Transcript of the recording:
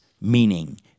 meaning